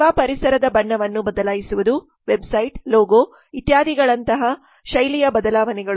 ಸೇವಾ ಪರಿಸರದ ಬಣ್ಣವನ್ನು ಬದಲಾಯಿಸುವುದು ವೆಬ್ಸೈಟ್ ಲೋಗೋ ಇತ್ಯಾದಿಗಳಂತಹ ಶೈಲಿಯ ಬದಲಾವಣೆಗಳು